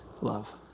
love